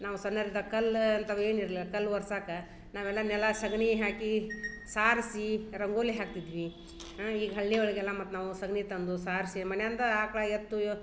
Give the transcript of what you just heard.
ನಾವು ಸಣ್ಣರಿದ್ದಾಗ ಕಲ್ಲು ಅಂತವ ಏನಿರಲಿಲ್ಲ ಕಲ್ಲು ಒರ್ಸಾಕ ನಾವೆಲ್ಲ ನೆಲ ಸಗಣಿ ಹಾಕಿ ಸಾರಿಸಿ ರಂಗೋಲಿ ಹಾಕ್ತಿದ್ವಿ ಈಗ ಹಳ್ಳಿ ಒಳಗೆಲ್ಲ ಮತ್ತೆ ನಾವು ಸಗಣಿ ತಂದು ಸಾರಿಸಿ ಮನೆಯಿಂದ ಆಕ್ಳ ಎತ್ತುಯ